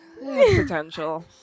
Potential